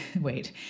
Wait